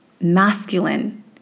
masculine